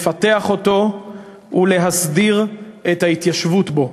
לפתח אותו ולהסדיר את ההתיישבות בו.